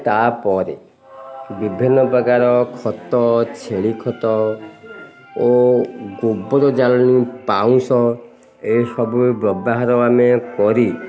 ତା'ପରେ ବିଭିନ୍ନ ପ୍ରକାର ଖତ ଛେଳି ଖତ ଓ ଗୋବର ଜାଳେଣି ପାଉଁଶ ଏସବୁ ବ୍ୟବହାର ଆମେ କରି